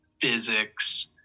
physics